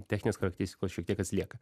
techninės charakteristikos šiek tiek atsilieka